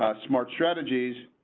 smart strategies,